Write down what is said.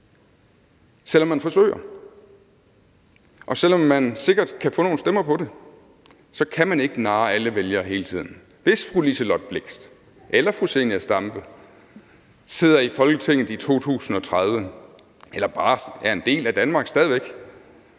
selv om man forsøger, og selv om man sikkert kan få nogle stemmer på det, kan man ikke narre alle vælgere hele tiden. Hvis fru Liselott Blixt eller fru Zenia Stampe sidder i Folketinget i 2030 eller bare stadig væk er en del af Danmark,